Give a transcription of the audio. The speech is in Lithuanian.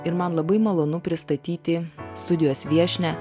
ir man labai malonu pristatyti studijos viešnią